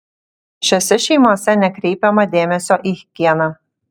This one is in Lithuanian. šiose šeimose nekreipiama dėmesio į higieną